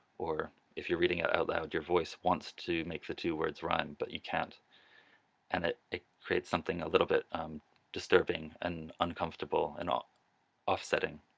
or if you're reading it out loud your voice, wants to make the two words rhyme but you can't and it creates something a little bit disturbing and uncomfortable and um offsetting.